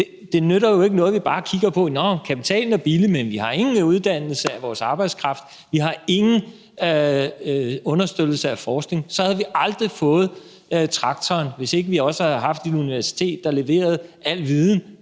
Det nytter jo ikke noget, at vi bare kigger på, at kapitalen er billig, men at vi ikke har nogen uddannelse af vores arbejdskraft, at vi ikke har nogen understøttelse af forskning. Vi havde aldrig fået traktoren, hvis ikke vi også havde haft et universitet, der leverede al viden